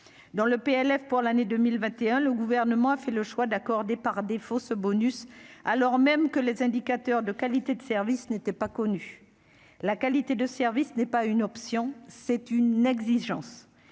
dans le PLF pour l'année 2021, le gouvernement a fait le choix d'accorder par défaut, ce bonus, alors même que les indicateurs de qualité de service n'était pas connu la qualité de service n'est pas une option, c'est une exigence,